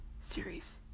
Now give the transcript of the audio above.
series